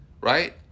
right